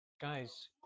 Guys